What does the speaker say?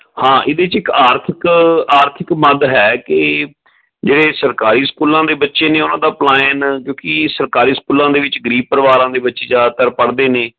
ਹਾਂ ਇਹਦੇ 'ਚ ਇੱਕ ਆਰਥਿਕ ਆਰਥਿਕ ਮੰਦ ਹੈ ਕਿ ਜਿਹੜੇ ਸਰਕਾਰੀ ਸਕੂਲਾਂ ਦੇ ਬੱਚੇ ਨੇ ਉਹਨਾਂ ਦਾ ਪਲਾਇਨ ਕਿਉਂਕਿ ਸਰਕਾਰੀ ਸਕੂਲਾਂ ਦੇ ਵਿੱਚ ਗਰੀਬ ਪਰਿਵਾਰਾਂ ਦੇ ਬੱਚੇ ਜ਼ਿਆਦਾਤਰ ਪੜ੍ਹਦੇ ਨੇ